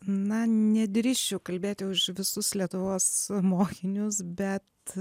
na nedrįsčiau kalbėti už visus lietuvos mokinius bet